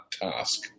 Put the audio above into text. task